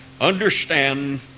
understand